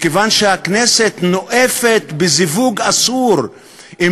מכיוון שהכנסת נואפת בזיווג אסור עם